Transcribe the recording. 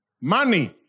Money